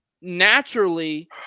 naturally